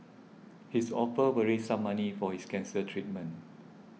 his offer will raise some money for his cancer treatment